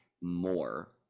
more